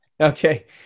Okay